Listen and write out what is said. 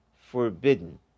forbidden